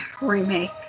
remake